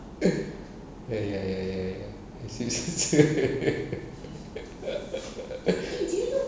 eh eh ya ya ya ya is